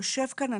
יושב כאן.